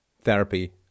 therapy